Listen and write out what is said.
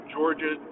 Georgia